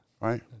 Right